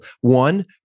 one